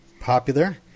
popular